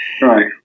Right